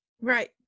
Right